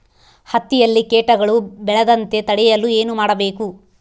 ಹತ್ತಿಯಲ್ಲಿ ಕೇಟಗಳು ಬೇಳದಂತೆ ತಡೆಯಲು ಏನು ಮಾಡಬೇಕು?